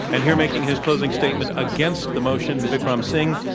and here making his closing statement against the motion, vikram singh,